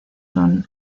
son